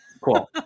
Cool